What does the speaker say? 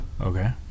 Okay